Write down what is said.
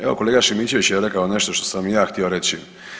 Evo kolega Šimičević je rekao nešto što sam i ja htio reći.